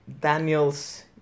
Daniel's